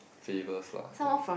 favors lah ya